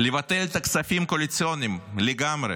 לבטל את הכספים הקואליציוניים לגמרי.